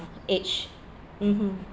age mmhmm